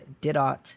Didot